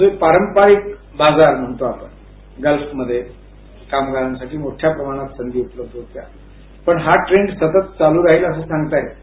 जे पारंपरिक बाजार म्हणतो आपण गल्फमध्ये कामगारांसाठी मोठ्याप्रमाणावर संधी उपलब्ध होत्या पण हा ट्रेंड चालू राहील अस सांगता येत नाही